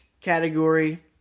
category